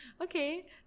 Okay